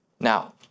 Now